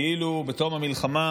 כאילו בתום המלחמה